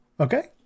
Okay